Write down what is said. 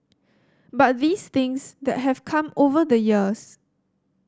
but these things that have come over the years